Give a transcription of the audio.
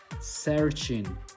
searching